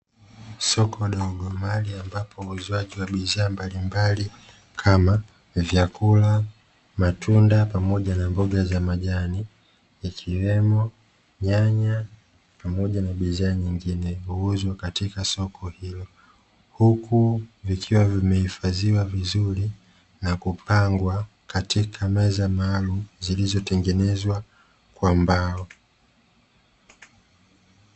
Soko dogo mahali ambapo uuzwaji wa biashara mbalimbali kama vyakula matunda pamoja na mboga za majani ikiwemo nyanya, pamoja na bidhaa nyingine huuzwa katika soko hilo, huku vikiwa vimehifadhiwa vizuri na kupangwa katika meza maalumu zilizotengenezwa kwa mbao.